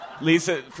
Lisa